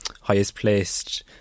highest-placed